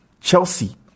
Chelsea